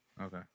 Okay